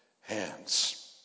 hands